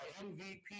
MVP